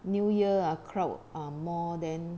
new year ah crowd are more then